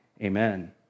amen